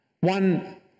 One